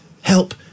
help